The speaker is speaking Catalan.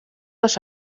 les